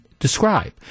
describe